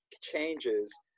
changes